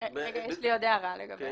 יש לי עוד הערה לסעיף.